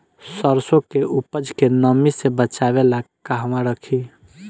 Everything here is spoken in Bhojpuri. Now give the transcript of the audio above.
सरसों के उपज के नमी से बचावे ला कहवा रखी?